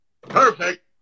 perfect